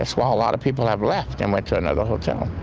that's why a lot of people have left and went to another hotel,